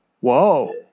Whoa